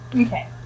Okay